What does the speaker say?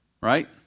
Right